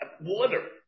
water